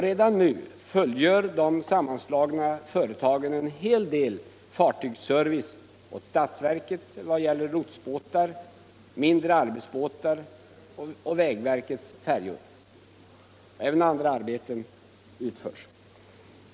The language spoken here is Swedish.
Redan nu fullgör de sammanslagna företagen en hel del fartygsservice åt statsverket vad gäller lotsbåtar, mindre arbetsbåtar och vägverkets färjor. Även andra arbeten utförs.